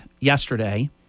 yesterday